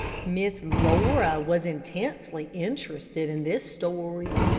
miss laura was intensely interested in this story.